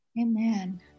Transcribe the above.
Amen